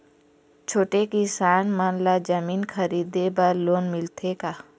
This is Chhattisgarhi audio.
छोटे किसान मन ला जमीन खरीदे बर लोन मिलथे का?